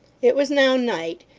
it was now night,